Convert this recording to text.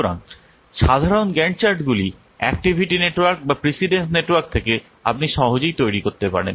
সুতরাং সাধারণত গ্যান্ট চার্টগুলি অ্যাক্টিভিটি নেটওয়ার্ক বা প্রিসিডেন্স নেটওয়ার্ক থেকে আপনি সহজেই তৈরি করতে পারেন